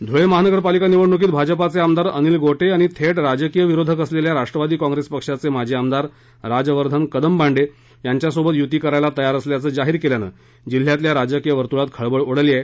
धुळे महानगर पालिका निवडणुकीत भाजपाचे आमदार अनिल गोटे यांनी थेट राजकीय विरोधक असलेल्या राष्ट्रवादी काँग्रेस पक्षाचे माजी आमदार राजवर्धन कदमबांडे त्यांच्यासोबत युती करायला तयार असल्याचं जाहिर केल्यानं जिल्ह्यातील राजकीय वर्तुळात खळबळ उडाली आहे